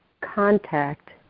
contact